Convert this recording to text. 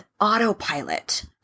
autopilot –